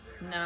No